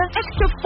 extra